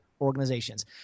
organizations